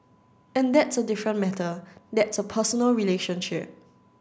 and that's a different matter that's a personal relationship